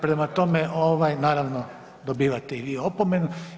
Prema tome, naravno dobivate i vi opomenu.